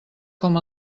com